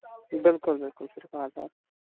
بِلکُل بِلکُل صِرف آدھار